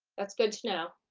that's good to know.